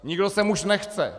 Nikdo sem už nechce.